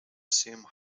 assume